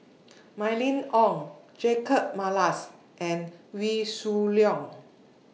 Mylene Ong Jacob Ballas and Wee Shoo Leong